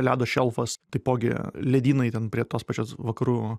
ledo šelfas taipogi ledynai ten prie tos pačios vakarų